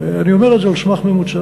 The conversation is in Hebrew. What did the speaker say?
ואני אומר את זה על סמך ממוצע.